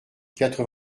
quatre